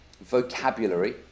vocabulary